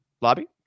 lobby